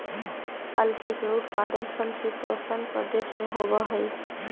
अलसी के उत्पादन समशीतोष्ण प्रदेश में होवऽ हई